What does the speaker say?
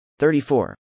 34